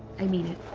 i mean it.